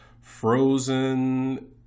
Frozen